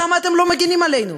למה אתם לא מגינים עלינו?